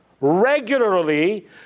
regularly